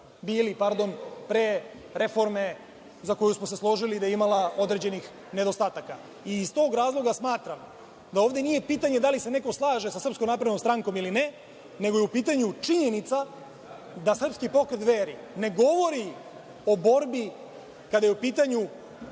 pre reforme, za koju smo se složili da je imala određenih nedostataka. Iz tog razloga smatram da ovde nije pitanje da li se neko slaže sa SNS ili ne, nego je u pitanju činjenica da srpski pokret Dveri ne govori o borbi kada je u pitanju